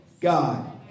God